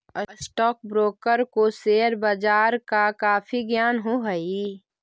stock broker को share बाजार का काफी ज्ञान हो हई